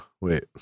wait